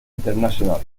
internationally